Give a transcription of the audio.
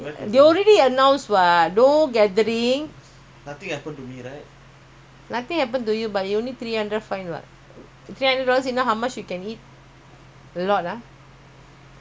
three hundred dollars you know how much you can eat a lot ah so next time be smart okay wear mask properly I know is irritating wearing mask during hot hot days are very